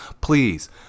please